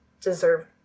deserve